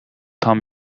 tam